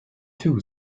too